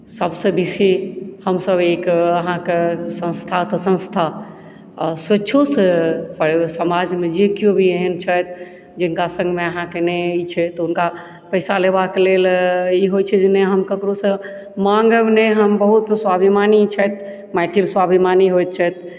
सभसँ बेसी हमसभ एक अहाँके संस्था तऽ संस्था आओर स्वेक्षोसँ समाजमे जे कियो भी एहन छथि जिनका सङ्गमे अहाँके नहि ई छै तऽ ई हुनका पैसा लेबाक लेल ई होइत छै जे नहि हम ककरोसँ माङ्गब नहि हम बहुत स्वाभिमानी छथि मैथिल स्वाभिमानी होइत छथि